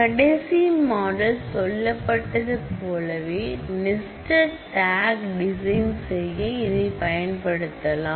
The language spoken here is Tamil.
கடைசி மாடல் சொல்லப்பட்டது போலவே நேஸ்டட் டாக் டிசைன் செய்ய இதை பயன்படுத்தலாம்